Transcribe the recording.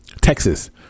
Texas